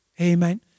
Amen